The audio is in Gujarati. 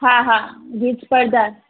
હા હા જીત સ્પર્ધા